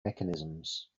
mechanisms